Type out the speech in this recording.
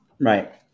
Right